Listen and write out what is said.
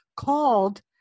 called